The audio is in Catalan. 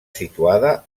situada